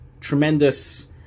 tremendous